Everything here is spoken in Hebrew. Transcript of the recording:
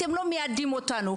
אתם לא מיידעים אותנו.